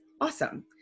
awesome